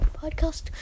podcast